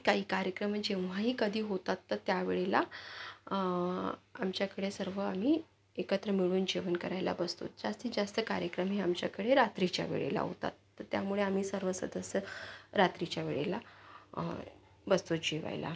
काही कार्यक्रम जेव्हाही कधी होतात तर त्या वेळेला आमच्याकडे सर्व आम्ही एकत्र मिळून जेवण करायला बसतो जास्तीत जास्त कार्यक्रम हे आमच्याकडे रात्रीच्या वेळेला होतात तर त्यामुळे आम्ही सर्व सदस्य रात्रीच्या वेळेला बसतो जेवायला